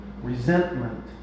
Resentment